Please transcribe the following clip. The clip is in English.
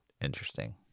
interesting